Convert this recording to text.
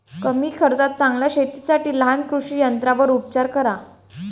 कमी खर्चात चांगल्या शेतीसाठी लहान कृषी यंत्रांवर उपचार करा